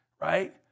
right